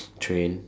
train